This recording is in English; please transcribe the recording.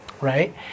right